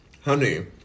Honey